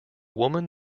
woman